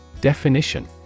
Definition